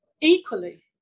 Equally